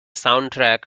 soundtrack